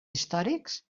històrics